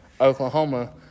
Oklahoma